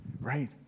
Right